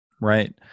Right